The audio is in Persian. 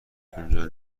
اونجا